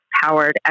powered